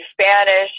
Spanish